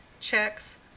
checks